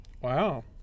wow